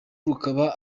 rukaba